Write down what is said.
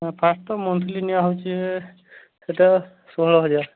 ହଁ ଫାଷ୍ଟ୍ ତ ମନ୍ଥଲି ନିଆହଉଛି ସେଇଟା ଷୋହଳ ହଜାର